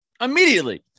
Immediately